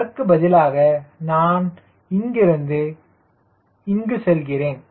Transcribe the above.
அதற்கு பதிலாக நான் இங்கிருந்து எங்கு செல்கிறோம்